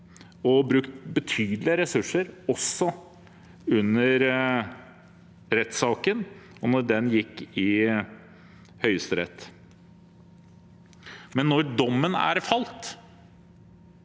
har brukt betydelige ressurser også da rettssaken gikk i Høyesterett. Men når dommen er falt,